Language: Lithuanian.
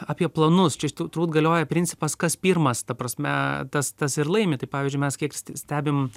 apie planus čia iš turbūt galioja principas kas pirmas ta prasme tas tas ir laimi tai pavyzdžiui mes kiek ste stebim